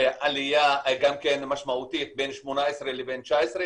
עלייה גם כן משמעותית בין 18' ל-19',